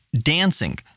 dancing